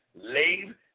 Leave